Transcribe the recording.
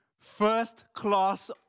First-class